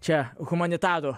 čia humanitarų